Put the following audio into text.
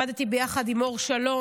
למשפחות האומנה כשעבדתי יחד עם "אור שלום",